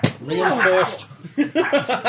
Reinforced